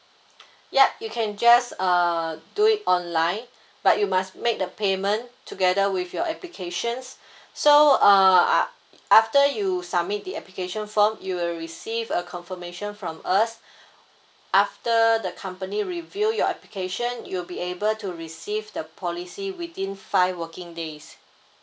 yup you can just uh do it online but you must make the payment together with your applications so uh after you submit the application form you will receive a confirmation from us after the company review your application you'll be able to receive the policy within five working days